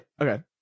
Okay